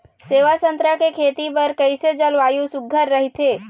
सेवा संतरा के खेती बर कइसे जलवायु सुघ्घर राईथे?